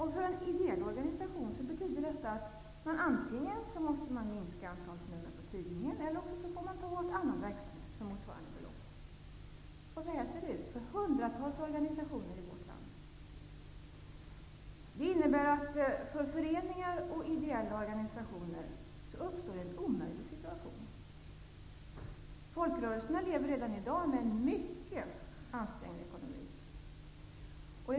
För en ideell organisation betyder det att man antingen måste minska antalet nummer, eller också får man ta bort annan verksamhet för motsvarande belopp. Så här är det för hundratals organisationer i vårt land. Det innebär att det uppstår en omöjlig situation för föreningar och ideella organisationer. Folkrörelserna lever redan i dag med en mycket ansträngd ekonomi.